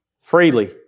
Freely